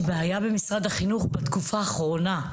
בעיה במשרד החינוך בתקופה האחרונה.